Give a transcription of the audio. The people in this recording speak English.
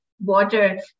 water